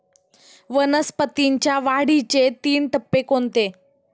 वनस्पतींच्या वाढीचे तीन टप्पे कोणते?